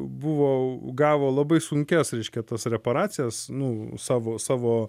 buvo gavo labai sunkias reiškia tas reparacijas nu savo savo